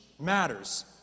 matters